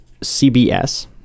CBS